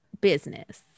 business